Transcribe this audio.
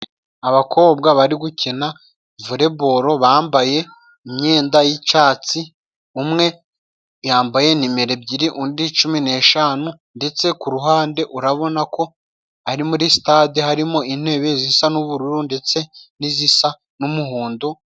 Abakobwa barimo gukina Volibolo, bambaye imyenda y'icyatsi. Umwe yambaye numero ebyiri undi cumi n'eshanu ndetse ku ruhande urabona ko ari muri Sitade harimo intebe zisa n'ubururu ndetse n'izisa n'umuhondo.